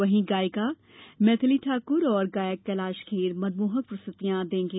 वहीं गायिका मैथली ठाकुर और गायक कैलाश खेर मनमोहक संगीतमय प्रस्तुति देंगे